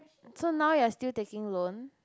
so now you are still taking loan